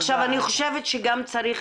אני חושבת שגם צריך,